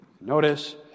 Notice